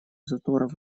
заторов